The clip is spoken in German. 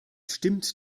stimmt